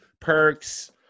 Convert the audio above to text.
perks